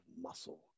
muscle